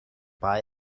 buy